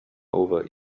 over